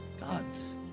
God's